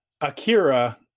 Akira